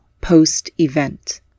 post-event